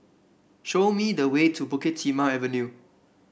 show me the way to Bukit Timah Avenue